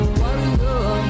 warrior